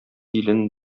илен